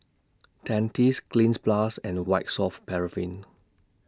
Dentiste Cleanz Plus and White Soft Paraffin